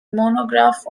monograph